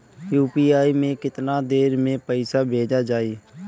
UPI से केतना देर मे पईसा भेजा जाई?